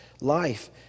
life